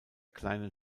kleinen